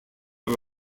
are